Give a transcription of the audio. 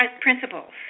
principles